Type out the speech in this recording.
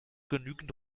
genügend